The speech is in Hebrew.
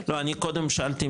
אני קודם שאלתי,